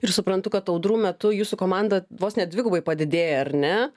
ir suprantu kad audrų metu jūsų komanda vos ne dvigubai padidėja ar ne